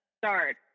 start